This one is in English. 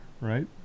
right